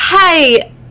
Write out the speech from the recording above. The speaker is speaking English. hey